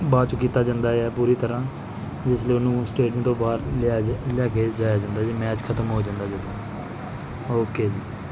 ਬਾਅਦ 'ਚ ਕੀਤਾ ਜਾਂਦਾ ਹੈ ਪੂਰੀ ਤਰ੍ਹਾਂ ਜਿਸ ਲਈ ਉਹਨੂੰ ਸਟੇਡੀਅਮ ਤੋਂ ਬਾਹਰ ਲਿਆ ਲੈ ਕੇ ਜਾਇਆ ਜਾਂਦਾ ਜੀ ਮੈਚ ਖਤਮ ਹੋ ਜਾਂਦਾ ਜਦੋਂ ਓਕੇ ਜੀ